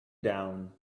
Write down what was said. down